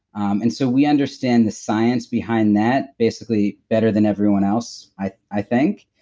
and so we understand the science behind that basically better than everyone else, i i think,